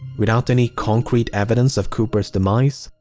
without any concrete evidence of cooper's demise,